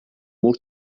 most